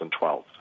2012